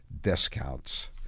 discounts